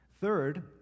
Third